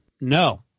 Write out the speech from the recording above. No